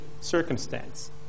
circumstance